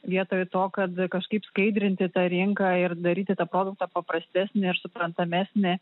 vietoj to kad kažkaip skaidrinti tą rinką ir daryti tą produktą paprastesnį ir suprantamesnį